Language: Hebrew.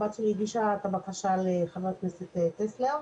הבת שלי הגישה בקשה לחבר הכנסת טסלר.